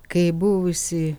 kaip buvusi